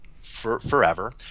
forever